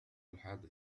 الحادث